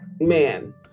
man